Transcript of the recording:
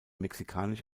mexikanisch